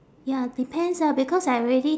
ya depends ah because I already